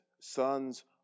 sons